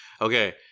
Okay